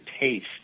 taste